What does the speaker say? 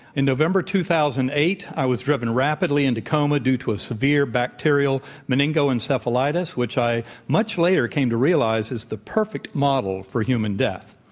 in november two thousand and eight i was driven rapidly into coma due to a severe bacterial meningoencephalitis which i much later came to realize is the perfect model for human death,